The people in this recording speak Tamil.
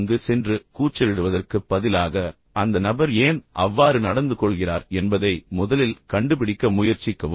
அங்கு சென்று கூச்சலிடுவதற்குப் பதிலாக அல்லது எதிர்வினையாற்றுவதற்குப் பதிலாக அந்த நபர் ஏன் அவ்வாறு நடந்துகொள்கிறார் என்பதை முதலில் கண்டுபிடிக்க முயற்சிக்கவும்